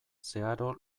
zeharo